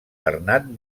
bernat